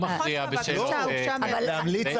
אני לא מכריע בשאלות --- להמליץ.